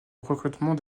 recrutement